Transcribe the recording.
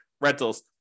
rentals